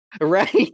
right